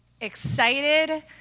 excited